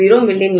970 மி